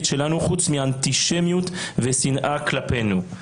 שלנו חוץ מאנטישמיות ושנאה כלפינו.